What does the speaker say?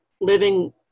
living